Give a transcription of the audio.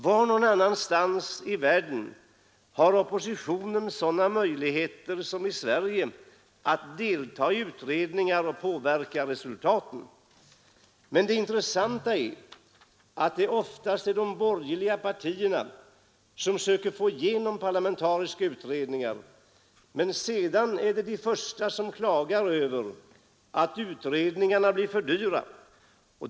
Var någon annanstans i världen har oppositionen sådana möjligheter som i Sverige att delta i utredningar och påverka resultaten? Det intressanta är att det oftast är de borgerliga partierna som söker få igenom parlamentariska utredningar, men sedan är de de första som klagar över att utredningarna blir för dyra.